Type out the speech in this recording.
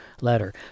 letter